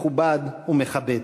מכובד ומכבד.